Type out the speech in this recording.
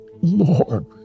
Lord